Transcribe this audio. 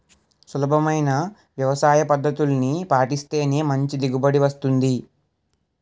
సులభమైన వ్యవసాయపద్దతుల్ని పాటిస్తేనే మంచి దిగుబడి వస్తుంది